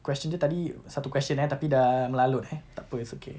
question dia tadi satu question eh tapi dah melalut eh tak apa it's okay